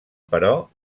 però